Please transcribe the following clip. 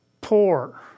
poor